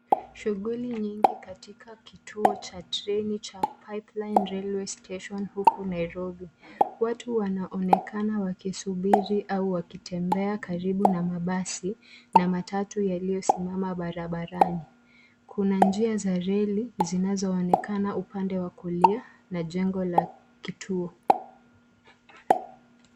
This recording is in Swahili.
Shughuli nyingi katika kituo cha treni cha Pipeline Railways Station huku Nairobi. Watu wanaonekana wakisubiri au wakitembea karibu na mabasi na matatu yaliyosimama barabarani. Kuna njia za reli zinazoonekena upande wa kulia na jengo la kituo.